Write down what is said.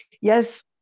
Yes